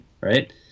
Right